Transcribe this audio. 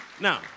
now